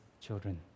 children